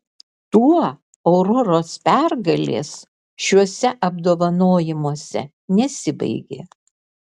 tuo auroros pergalės šiuose apdovanojimuose nesibaigė